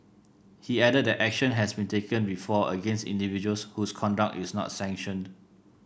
he added that action has been taken before against individuals whose conduct is not sanctioned